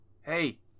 hey